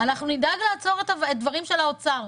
אנחנו נדאג לעצור את הדברים של האוצר,